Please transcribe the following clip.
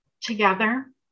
together